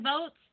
votes